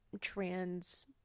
trans